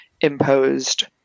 imposed